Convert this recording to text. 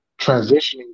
transitioning